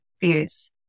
views